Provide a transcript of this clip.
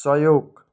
सहयोग